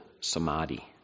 samadhi